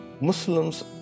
Muslims